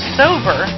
sober